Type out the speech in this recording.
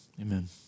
amen